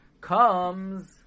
comes